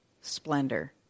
splendor